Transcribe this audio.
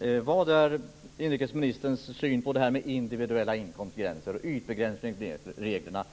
Vilken är inrikesministerns syn på de individuella inkomstgränserna och ytbegränsningsreglerna?